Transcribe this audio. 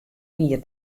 wier